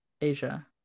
asia